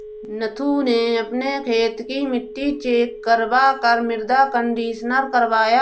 नथु ने अपने खेत की मिट्टी चेक करवा कर मृदा कंडीशनर करवाया